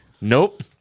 Nope